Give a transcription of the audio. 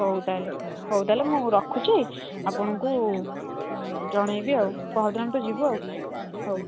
ହଉ ତା'ହେଲେ ହଉ ତା'ହେଲେ ମୁଁ ରଖୁଛି ଆପଣଙ୍କୁ ଜଣାଇବି ଆଉ ପହରଦିନ ତ ଯିବୁ ଆଉ ହଉ